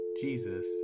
Jesus